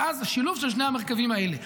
ואז שילוב של שני המרכיבים האלה: